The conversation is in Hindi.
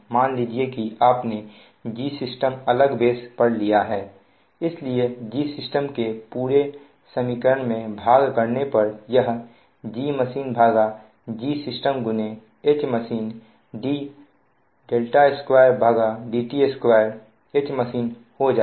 मान लीजिए कि आपने Gsystem अलग बेस पर लिया है इसलिए Gsystem के पूरे समीकरण में भागा करने पर यह GmachineGsystem Hmachine d2dt2 Hmachine हो जाता